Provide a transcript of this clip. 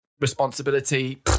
responsibility